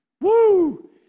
Woo